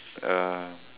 uh